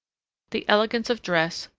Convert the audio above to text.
the elegance of dress,